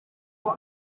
aba